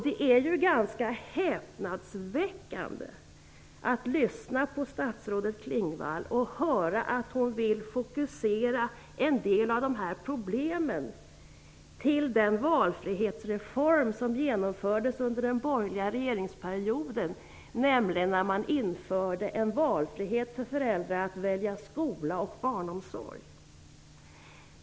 Det är ganska häpnadsväckande att lyssna på statsrådet Klingvall och höra att hon vill fokusera en del av de här problemen på den valfrihetsreform som genomfördes under den borgerliga regeringsperioden, nämligen när man införde en valfrihet för föräldrar att välja skola och barnomsorg.